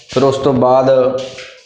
ਫਿਰ ਉਸ ਤੋਂ ਬਾਅਦ